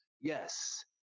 Yes